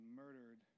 murdered